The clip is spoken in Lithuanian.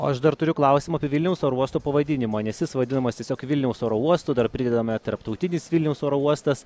o aš dar turiu klausimą apie vilniaus oro uosto pavadinimą nes jis vadinamas tiesiog vilniaus oro uostu dar pridedame tarptautinis vilniaus oro uostas